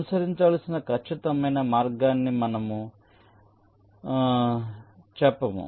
అనుసరించాల్సిన ఖచ్చితమైన మార్గాన్ని మేము మీకు చెప్పము